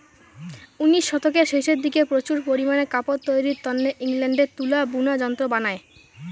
উনিশ শতকের শেষের দিকে প্রচুর পারিমানে কাপড় তৈরির তন্নে ইংল্যান্ডে তুলা বুনা যন্ত্র বানায়